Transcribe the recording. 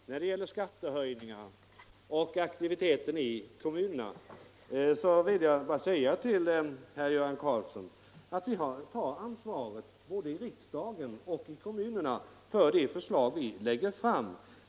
Herr talman! När det gäller skattehöjningar och aktiviteten i kommunerna vill jag bara säga till herr Göran Karlsson att vi har att ta ansvaret både i riksdagen och i kommunerna för de förslag vi lägger fram.